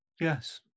Yes